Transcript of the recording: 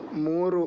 ಮೂರು